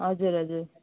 हजुर हजुर